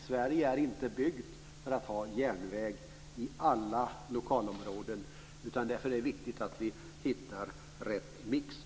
Sverige är inte byggt för att ha en järnväg lokalt överallt. Därför är det viktigt att vi hittar rätta mixen.